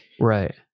Right